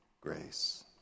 grace